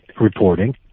reporting